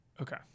Okay